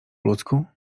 ludzku